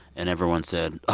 and everyone said,